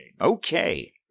Okay